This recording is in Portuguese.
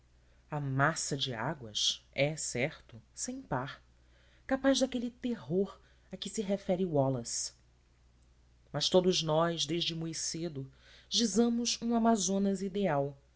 a massa de águas é certo sem par capaz daquele terror a que se refere wallace mas como todos nós desde mui cedo gizamos um amazonas ideal